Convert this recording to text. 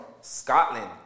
Scotland